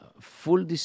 full